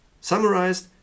Summarized